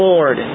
Lord